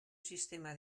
sistema